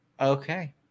Okay